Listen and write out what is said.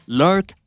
lurk